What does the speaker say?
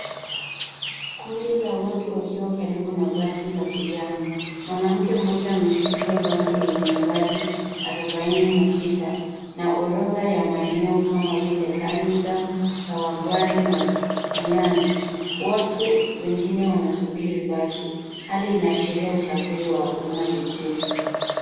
Kundi la watu wakiwa karibu na basi la kijani. Mwanamke mmoja ameshikilia bango lenye nambari 46 na orodha ya maeneo kama vile Hullingam, Kawangware na Mayan. Watu wengine wanasubiri basi. Hali inaashiria usafiri wa umma jijini.